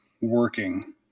working